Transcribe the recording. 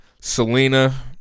Selena